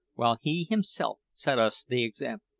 while he himself set us the example.